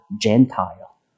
Gentile